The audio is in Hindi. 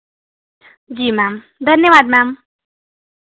जी मैम धन्यवाद मैम